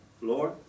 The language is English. floor